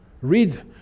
read